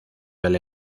del